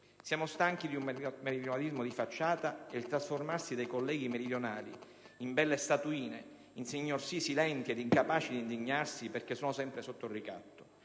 Siamo stanchi di un meridionalismo di facciata e del trasformarsi di colleghi meridionali in belle statuine, in "signor sì" silenti ed incapaci di indignarsi perché sono sempre sotto ricatto.